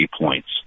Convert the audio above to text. points